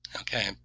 Okay